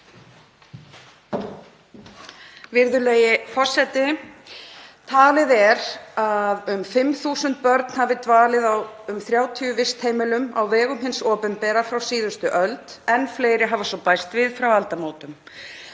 Virðulegi forseti. Talið er að um 5.000 börn hafi dvalið á um 30 vistheimilum á vegum hins opinbera frá síðustu öld. Enn fleiri hafa svo bæst við frá aldamótum.